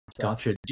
gotcha